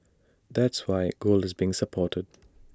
that's why gold is being supported